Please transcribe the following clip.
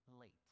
late